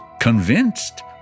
convinced